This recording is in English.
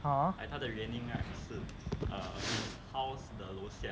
(uh huh)